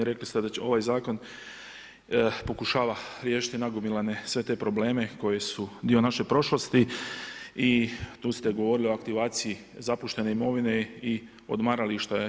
Rekli ste da će ovaj Zakon pokušava riješiti nagomilane sve te probleme koji su dio naše prošlosti i tu ste govorili o aktivaciji zapuštene imovine i odmarališta.